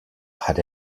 had